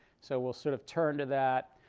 so we'll sort of turn to that.